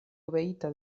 obeita